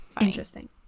Interesting